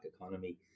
economy